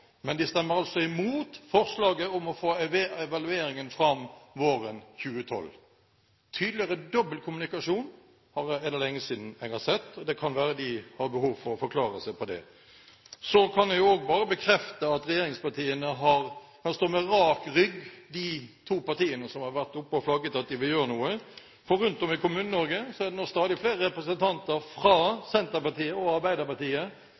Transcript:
Men de stemmer altså imot forslaget om å få evalueringen fram våren 2012. Tydeligere dobbeltkommunikasjon er det lenge siden jeg har sett, og det kan være de har behov for å forklare dette. Så kan jeg også bare bekrefte at regjeringspartiene – de to partiene som har vært oppe og flagget at de vil gjøre noe – kan stå med rak rygg, for rundt om i Kommune-Norge er det nå stadig flere representanter fra Senterpartiet og Arbeiderpartiet